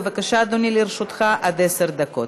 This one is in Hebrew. בבקשה, אדוני, לרשותך עד עשר דקות.